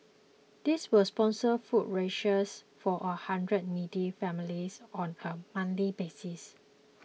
this will sponsor food rations for a hundred needy families on a monthly basis